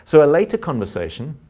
so a later conversation,